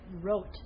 wrote